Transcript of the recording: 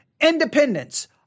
independence